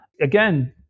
Again